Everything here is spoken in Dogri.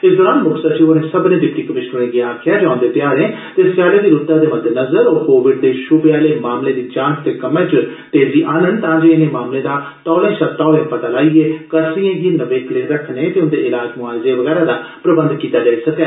इस दौरान म्क्ख सचिव होरें सब्भनें डिप्टी कमिश्नरें गी आखेआ जे औंदे ध्यारें ते स्यालै दी रूतै दे मद्देनज़र ओह् कोविड दे शूबे आहले मामलें दी जांच दे कम्मै च तेजी आहनन तांजे इनें मामलें दा तौले शा तौले पता लाइयै कसरिएं गी नवेकले रक्खने ते उंदे इलाज मुआलजे वगैरा दा प्रबंध कीता जाई सकै